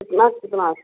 कितना कितना